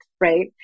right